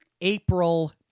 April